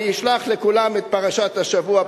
אני אשלח לכולם את פרשת השבוע,